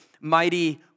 mighty